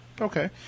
Okay